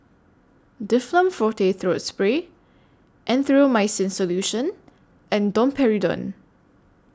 Difflam Forte Throat Spray Erythroymycin Solution and Domperidone